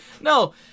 No